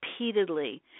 repeatedly